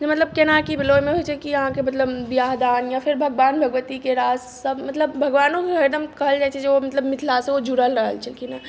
जे मतलब केना की भेलै ओहिमे होइ छै की अहाँके मतलब बिआह दान या फिर भगवान भगवती के राज सब मतलब भगवानो के हरदम कहल जाइ छै जे ओ मतलब मिथिला सँ ओ जुड़ल रहल छलखिन हेँ